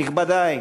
נכבדי,